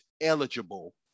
eligible